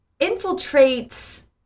infiltrates